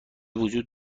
وجود